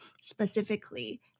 specifically